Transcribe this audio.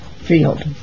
field